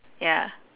ya